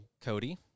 Cody